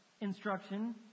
instruction